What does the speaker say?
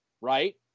right